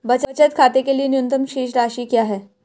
बचत खाते के लिए न्यूनतम शेष राशि क्या है?